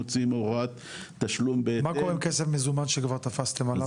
מוצאים הוראת תשלום בהתאם --- מה קורה עם כסף מזומן שתפסתם עליו?